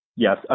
Yes